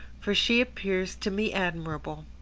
for she appears to me admirable.